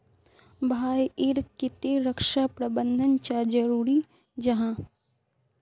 भाई ईर केते रक्षा प्रबंधन चाँ जरूरी जाहा?